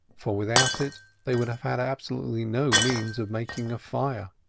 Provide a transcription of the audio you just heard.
for, without it, they would have had absolutely no means of making a fire.